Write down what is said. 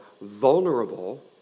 vulnerable